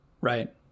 Right